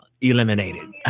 eliminated